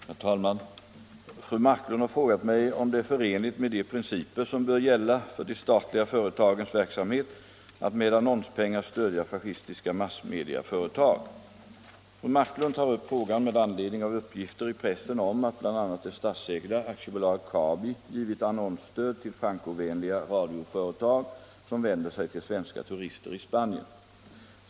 Herr talman! Fru Marklund har frågat mig om det är förenligt med de principer som bör gälla för de statliga företagens verksamhet att med annonspengar stödja fascistiska massmediaföretag. Fru Marklund tar upp frågan med anledning av uppgifter i pressen om att bl.a. det statsägda AB Kabi givit annonsstöd till Francovänliga radioföretag, som vänder sig till svenska turister i Spanien.